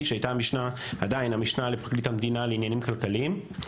שהייתה ועדיין היא המשנה לפרקליט המדינה לעניינים כלכליים.